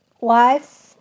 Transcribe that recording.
wife